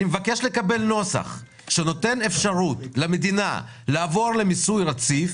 אני מבקש לקבל נוסח שנותן אפשרות למדינה לעבור למיסוי רציף,